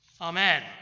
Amen